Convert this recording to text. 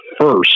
first